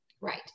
Right